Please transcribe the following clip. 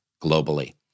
globally